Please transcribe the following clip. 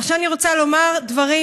עכשיו אני רוצה לומר דברים,